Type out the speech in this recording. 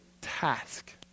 task